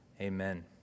amen